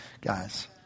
guys